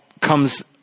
comes